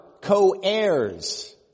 co-heirs